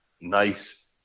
nice